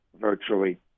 virtually